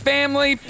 Family